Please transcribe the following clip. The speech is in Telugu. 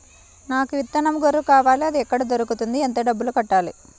నాకు విత్తనం గొర్రు కావాలి? అది ఎక్కడ దొరుకుతుంది? ఎంత డబ్బులు కట్టాలి?